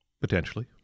Potentially